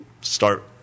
start